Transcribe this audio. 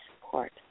support